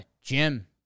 Jim